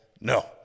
No